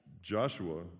Joshua